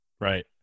Right